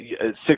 six